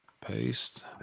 Paste